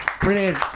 Brilliant